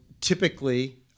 typically